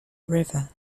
river